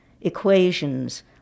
equations